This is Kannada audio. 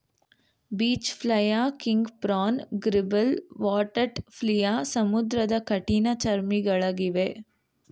beach flea, king prawn, gribble, water flea ಸಮುದ್ರದ ಕಠಿಣ ಚರ್ಮಿಗಳಗಿವೆ